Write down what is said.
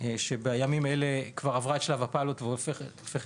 שבימים האלה כבר עברה שלב הפיילוט והופכת